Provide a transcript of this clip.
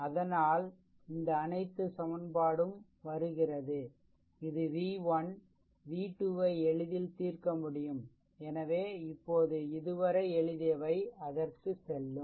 அதனால் இந்த அனைத்து சமன்பாடு வருகிறது இது v1 v1 ஐ எளிதில் தீர்க்க முடியும் எனவே இப்போது இதுவரை எழுதியவை அதற்குச் செல்லும்